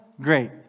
Great